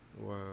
Wow